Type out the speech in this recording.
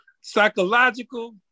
psychological